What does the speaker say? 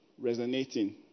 Resonating